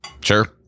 sure